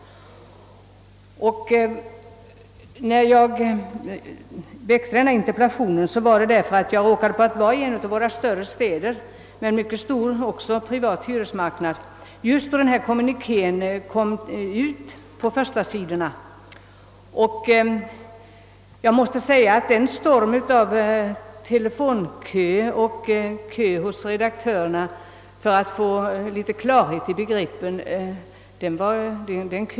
Att jag framställde denna interpellation berodde på att jag råkade befinna mig i en av våra större städer med en stor privat hyresmarknad just då denna kommuniké publicerades på förstasidorna i pressen. Den åstadkom en lång telefonkö på tidningsredaktionerna av människor som ville ha litet klarhet i begreppen.